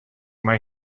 mal